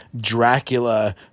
Dracula